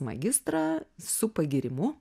magistrą su pagyrimu